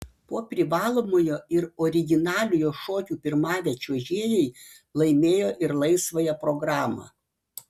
po privalomojo ir originaliojo šokių pirmavę čiuožėjai laimėjo ir laisvąją programą